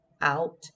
out